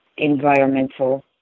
environmental